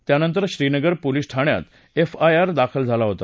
त्यानंतर श्रीनगर पोलीस ठाण्यात एफआयआर दाखल झाला होता